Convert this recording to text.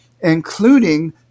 including